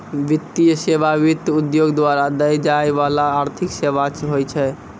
वित्तीय सेवा, वित्त उद्योग द्वारा दै जाय बाला आर्थिक सेबा होय छै